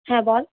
হ্যাঁ বল